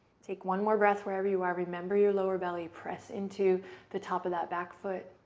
take one more breath wherever you are, remember your lower belly press into the top of that back foot